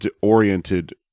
oriented